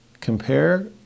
Compare